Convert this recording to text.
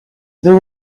there